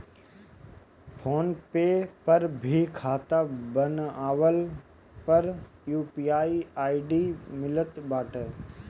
phone पे पअ भी खाता बनवला पअ यू.पी.आई आई.डी मिलत बाटे